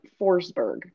Forsberg